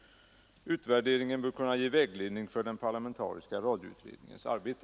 Utvärderingen bör kunna ge vägledning för den parlamentariska radioutredningens arbete.